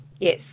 Yes